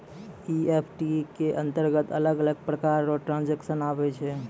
EFT के अंतरगत अलग अलग प्रकार रो ट्रांजेक्शन आवै छै